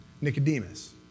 Nicodemus